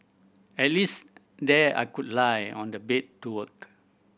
at least there I could lie on the bed to work